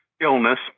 illness